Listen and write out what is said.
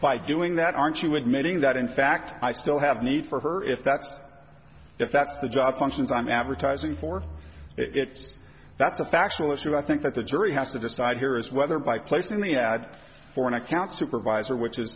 by doing that aren't you admitting that in fact i still have need for her if that's if that's the job functions i'm advertising for it's that's a factual issue i think that the jury has to decide here is whether by placing the ad for an account supervisor which is